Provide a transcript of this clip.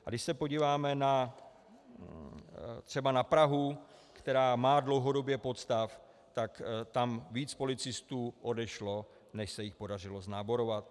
A když se podíváme třeba na Prahu, která má dlouhodobě podstav, tak tam víc policistů odešlo, než se jich podařilo náborovat.